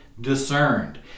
discerned